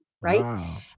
right